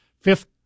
Fifth